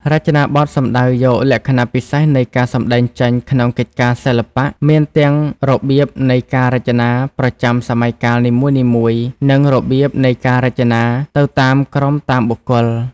រចនាបថ សំដៅយកលក្ខណៈពិសេសនៃការសម្តែងចេញក្នុងកិច្ចការ សិល្បៈ មានទាំងរបៀបនៃការរចនាប្រចាំសម័យកាលនីមួយៗ និងរបៀបនៃការរចនាទៅតាមក្រុមតាមបុគ្គល។